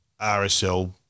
RSL